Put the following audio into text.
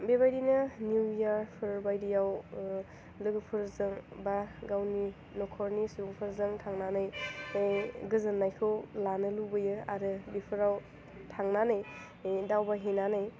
बेबायदिनो निउ इयारफोर बायदियाव लोगोफोरजों बा गावनि नख'रनि सुबुंफोरजों थांनानै गोजोन्नायखौ लानो लुबैयो आरो बेफोराव थांनानै दावबायहैनानै